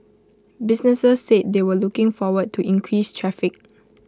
businesses said they were looking forward to increased traffic